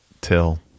till